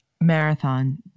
marathon